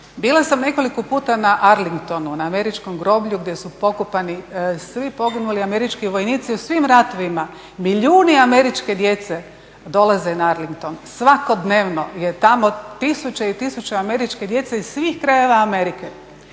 Bila sam nekoliko puta na Arlingtonu, na američkom groblju gdje su pokopani svi poginuli američki vojnici u svim ratovima. Milijuni američke djece dolaze na Arlington, svakodnevno je tamo tisuće i tisuće američke djece iz svih krajeva Amerike